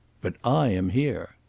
but i am here.